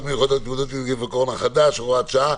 מיוחדות להתמודדות עם נגיף הקורונה החדש (הוראת שעה)